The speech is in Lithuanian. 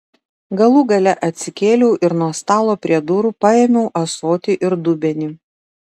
galų gale atsikėliau ir nuo stalo prie durų paėmiau ąsotį ir dubenį